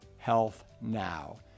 HealthNow